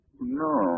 No